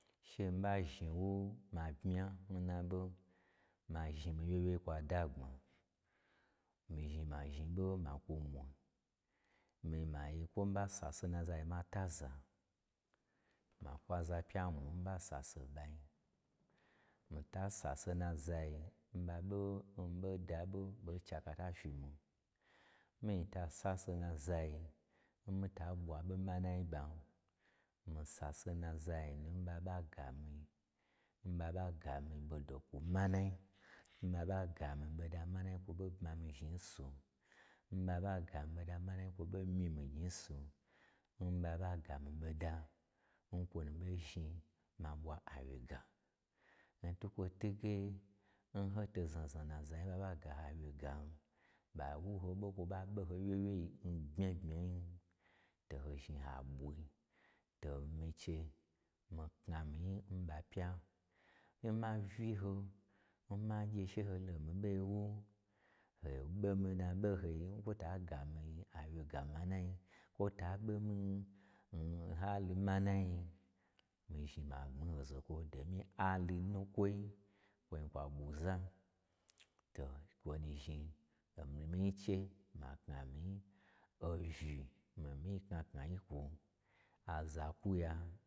She mii ɓa zhni nwu ma bmya n na ɓo, ma zhni mii wyewyei kwa dagbma, mii zhni ma, mii ma ye kwo mii ɓa sase n nazai mataza, ma kwu aza pya mwun mii ɓa sase n ɓa, mii ta sasen nazai nɓa ɓo n mii ɓo da ɓo, ɓei che asata fyi miin. Mii ta sase n nazai n mii ta ɓwa ɓo manai n ɓan, mii sasen nazanun ɓaɓa gamiin ɓa ɓa gamii ɓo do kwu manai, nɓa ɓa gamii ɓoda manai n kwo ɓo bma mii zhni nsu, n ɓa ɓa gamii ɓoda manai n kwo ɓo myi mii gnyi nsu, n ɓaɓa gamii ɓoda n kwo nu ɓo zhni ma ɓwa awyega. N twukwo twuge, n ho to znazna n nazai n ɓa ɓa ga jho awyegan, ɓa wu ho ɓo n kwo ɓa ɓe ho wye wyei n bmya bmya yin, to ho zhni ha ɓwai. To omii che, mii kna mii nyi n ba pya, n ma uyi ho, n ma gye she ho lo n mii ɓoi n wu, ho ɓo mii nna ɓo ho i n kwo ta gamii awoyega manai n, kwota ɓomii n hali manain, mii zhni ma gbmi n ho zokwo, domyi hali nukwoi, kwoi ɓwu za, to kwo nu zhni omii nyi che, ma kna mii nyi. Ouyi, mii n mii nyi kna kna yin kwo, aza ɓo kwuya.